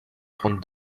trente